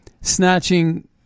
snatching